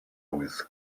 with